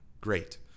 great